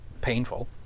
painful